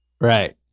Right